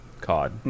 COD